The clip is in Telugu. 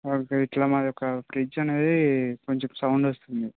ఓకే ఇలా మాదొక ఫ్రిడ్జ్ అనేది కొంచెం సౌండ్ వస్తుంది